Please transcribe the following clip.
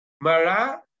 Mara